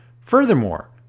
Furthermore